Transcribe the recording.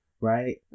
right